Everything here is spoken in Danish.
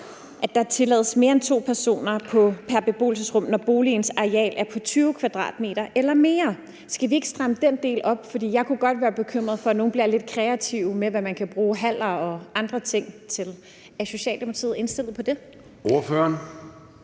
at der tillades mere end to personer pr. beboelsesrum, når boligens areal er på 20 m² eller mere. Skal vi ikke samle den del op? For jeg kunne godt være bekymret for, at nogle bliver lidt kreative, med hensyn til hvad man kan bruge haller og andre ting til. Er Socialdemokratiet indstillet på det? Kl.